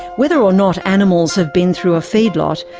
whether or not animals have been through a feedlot,